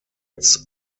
its